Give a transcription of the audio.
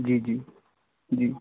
जी जी जी